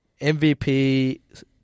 MVP